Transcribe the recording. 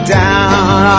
down